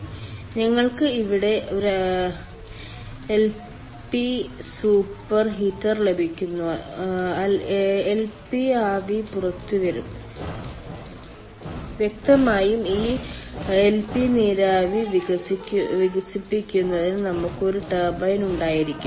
അതിനാൽ ഞങ്ങൾക്ക് ഇവിടെ എൽപി സൂപ്പർ ഹീറ്റർ ലഭിക്കുന്നു അതിനാൽ എൽപി ആവി പുറത്തുവരും വ്യക്തമായും ഈ എൽപി നീരാവി വികസിപ്പിക്കുന്നതിന് നമുക്ക് ഒരു ടർബൈൻ ഉണ്ടായിരിക്കാം